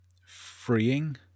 freeing